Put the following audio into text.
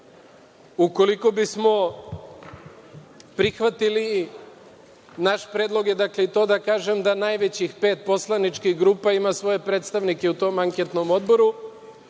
zadatak. Ukoliko bismo prihvatili, naš predlog je i to da kažem, da najvećih pet poslaničkih grupa ima svoje predstavnike u tom anketnom odboru,